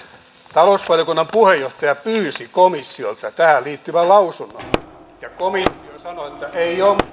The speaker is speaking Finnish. talousvaliokunnan puheenjohtaja pyysi komissiolta tähän liittyvän lausunnon ja komissio sanoi että ei ole